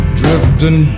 drifting